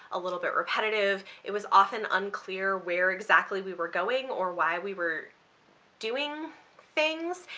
a little bit repetitive, it was often unclear where exactly we were going or why we were doing things,